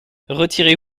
retirez